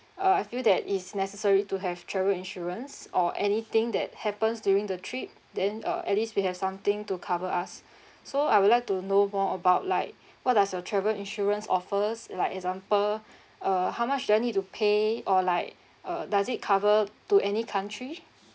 uh I feel that it's necessary to have travel insurance or anything that happens during the trip then uh at least we have something to cover us so I would like to know more about like what does the travel insurance offers like example uh how much do I need to pay or like uh does it cover to any country